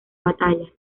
batalla